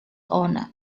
honor